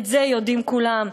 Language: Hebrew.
את זה יודעים כולם.